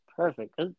Perfect